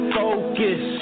focus